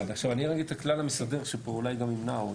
אני ראיתי את הכלל המסדר שפה אולי גם ימנע.